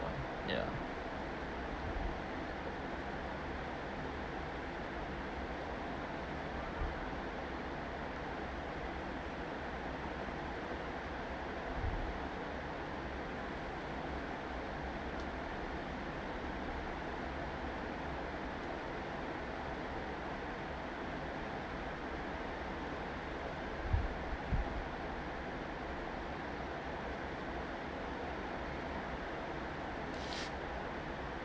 ya